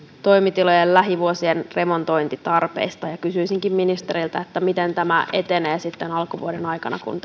toimitilojen lähivuosien remontointitarpeista kysyisinkin ministeriltä miten tämä etenee alkuvuoden aikana kun